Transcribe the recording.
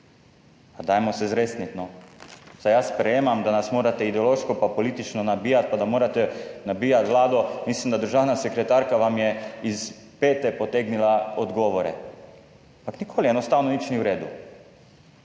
Pa dajmo se zresniti, no. Saj jaz sprejemam, da nas morate ideološko pa politično nabijati pa da morate nabijati vlado. Mislim, da vam je državna sekretarka iz pete potegnila odgovore, ampak enostavno nikoli nič ni v redu.